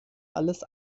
alles